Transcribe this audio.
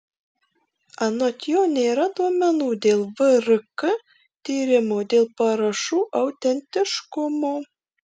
anot jo nėra duomenų dėl vrk tyrimo dėl parašų autentiškumo